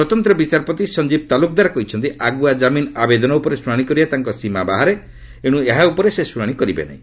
ସ୍ୱତନ୍ତ୍ର ବିଚାରପତି ସଞ୍ଜୀବ ତାଲୁକଦାର କହିଛନ୍ତି ଆଗୁଆ କାମିନ ଆବେଦନ ଉପରେ ଶୁଣାଣି କରିବା ତାଙ୍କ ସୀମା ବାହାରେ ଏଣୁ ଏହାଉପରେ ସେ ଶୁଣାଣି କରିବେ ନାହିଁ